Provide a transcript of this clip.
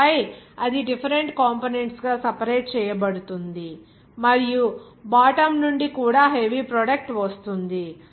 ఆపై అది different components గా సెపరేట్ చేయబడుతుంది మరియు బాటమ్ నుండి కూడా హెవీ ప్రొడక్ట్ వస్తుంది